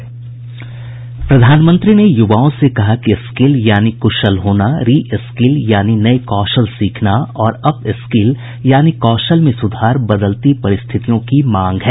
प्रधानमंत्री नरेन्द्र मोदी ने युवाओं से कहा कि स्किल यानि कुशल होना री स्किल यानि नए कौशल सीखना और अप स्किल यानि कौशल में सुधार बदलती परिस्थितियों की मांग है